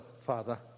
father